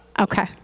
Okay